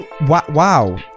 Wow